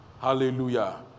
Hallelujah